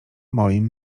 moim